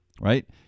right